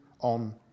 on